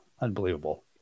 unbelievable